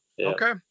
Okay